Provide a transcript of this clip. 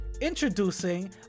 Introducing